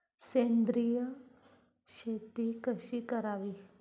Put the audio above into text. सेंद्रिय शेती कशी करावी?